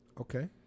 Okay